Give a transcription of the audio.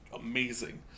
amazing